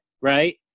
right